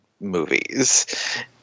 movies